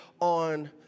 on